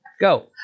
Go